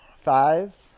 Five